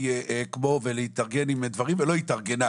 אקמו ולהתארגן עם דברים ולא התארגנה,